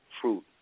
fruit